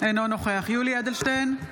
אינו נוכח יולי יואל אדלשטיין,